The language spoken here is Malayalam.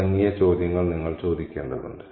തുടങ്ങിയ ചോദ്യങ്ങൾ നിങ്ങൾ ചോദിക്കേണ്ടതുണ്ട്